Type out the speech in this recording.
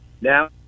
Now